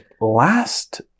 last